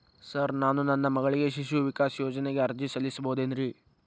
Sir ನಾನು ನನ್ನ ಮಗಳಿಗೆ ಶಿಶು ವಿಕಾಸ್ ಯೋಜನೆಗೆ ಅರ್ಜಿ ಸಲ್ಲಿಸಬಹುದೇನ್ರಿ?